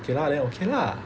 okay lah then okay lah